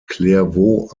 clairvaux